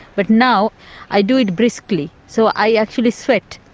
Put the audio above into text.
but now i do it briskly so i actually sweat.